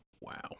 Wow